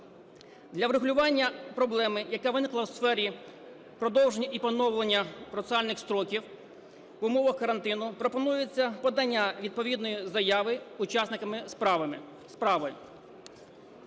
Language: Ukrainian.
Для врегулювання проблеми, яка виникла у сфері продовження і поновлення процесуальних строків в умовах карантину, пропонується подання відповідної заяви учасниками справи.